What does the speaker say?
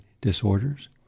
disorders